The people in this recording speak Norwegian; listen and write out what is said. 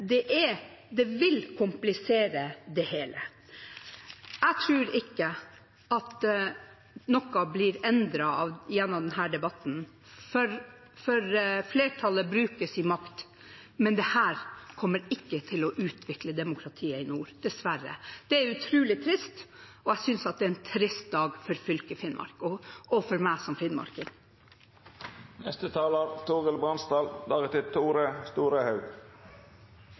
fra, men det vil komplisere det hele. Jeg tror ikke at noe blir endret gjennom denne debatten, for flertallet bruker sin makt. Men dette kommer ikke til å utvikle demokratiet i nord, dessverre. Det er utrolig trist, og jeg synes det er en trist dag for fylket Finnmark – og for meg som